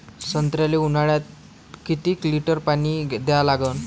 संत्र्याले ऊन्हाळ्यात रोज किती लीटर पानी द्या लागते?